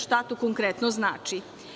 Šta to konkretno znači?